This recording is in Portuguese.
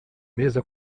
mesa